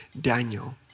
Daniel